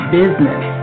business